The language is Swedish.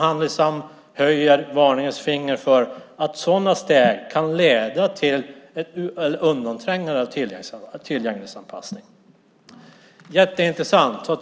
Handisam höjer ett varningens finger för steg som kan leda till ett undanträngande av tillgänglighetsanpassningen. Analysen är jätteintressant läsning,